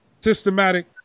systematic